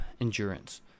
endurance